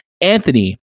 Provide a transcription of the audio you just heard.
Anthony